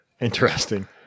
interesting